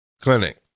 clinic